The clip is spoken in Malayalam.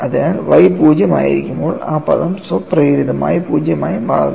അതിനാൽ y 0 ആയിരിക്കുമ്പോൾ ആ പദം സ്വപ്രേരിതമായി 0 ആയി മാറുന്നു